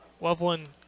Loveland